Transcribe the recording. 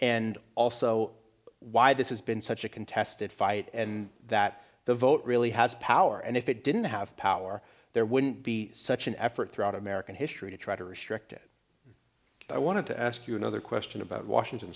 and also why this has been such a contested fight and that the vote really has power and if it didn't have power there wouldn't be such an effort throughout american history to try to restrict it i want to ask you another question about washington